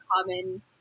common